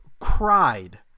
cried